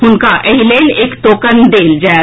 हुनका एहि लेल एक टोकन देल जाएत